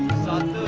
son.